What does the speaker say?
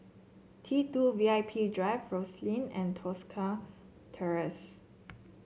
T two V I P Drive Rosyth and Tosca Terrace